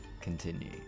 continue